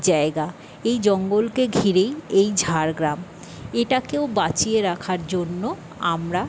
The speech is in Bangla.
জায়গা এই জঙ্গলকে ঘিরেই এই ঝাড়গ্রাম এটাকেও বাঁচিয়ে রাখার জন্য আমরা